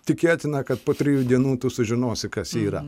tikėtina kad po trijų dienų tu sužinosi kas ji yra